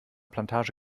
plantage